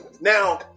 Now